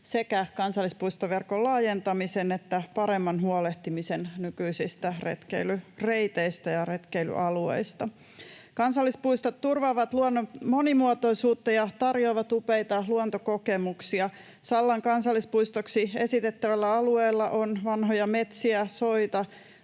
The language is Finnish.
sekä kansallispuistoverkon laajentamisen että paremman huolehtimisen nykyisistä retkeilyreiteistä ja retkeilyalueista. Kansallispuistot turvaavat luonnon monimuotoisuutta ja tarjoavat upeita luontokokemuksia. Sallan kansallispuistoksi esitettävällä alueella on vanhoja metsiä, soita,